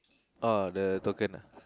uh the token ah